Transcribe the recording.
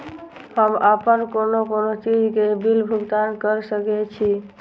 हम आपन कोन कोन चीज के बिल भुगतान कर सके छी?